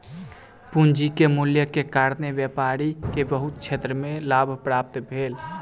पूंजीक मूल्यक कारणेँ व्यापारी के बहुत क्षेत्र में लाभ प्राप्त भेल